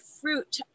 fruit